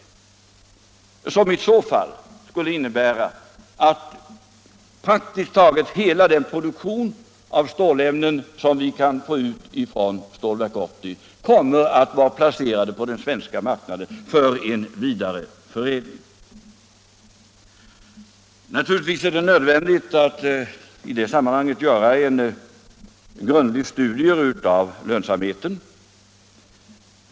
Detta skulle i så fall innebära att praktiskt taget hela den produktion av stålämnen som vi kan få ut från Stålverk 80 kommer att vara placerad på den svenska marknaden för vidare förädling. Naturligtvis är det nödvändigt att i det sammanhanget göra en grundlig studie av lönsamheten.